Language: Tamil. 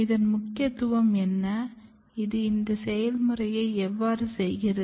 இதன் முக்கியத்துவம் என்ன இது இந்த செயல்முறையை எவ்வாறு செய்கிறது